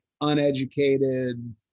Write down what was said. uneducated